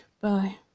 Bye